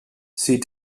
see